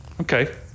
Okay